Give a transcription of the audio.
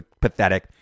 pathetic